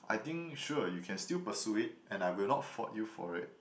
I think sure you can still pursue it and I will not fault you for it